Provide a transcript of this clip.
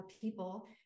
people